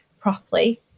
properly